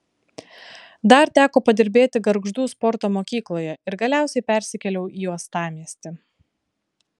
dar teko padirbėti gargždų sporto mokykloje ir galiausiai persikėliau į uostamiestį